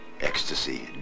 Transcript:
ecstasy